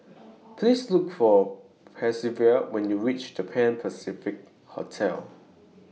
Please Look For Percival when YOU REACH The Pan Pacific Hotel